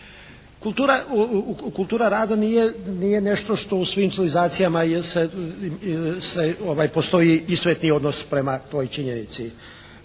Kultura rada nije nešto što u svim civilizacijama se postoji i sveti odnos prema toj činjenici.